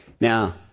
Now